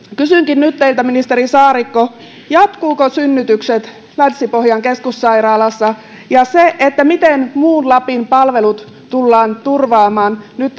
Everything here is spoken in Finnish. kysynkin nyt teiltä ministeri saarikko jatkuvatko synnytykset länsi pohjan keskussairaalassa ja miten muun lapin palvelut tullaan turvaamaan nyt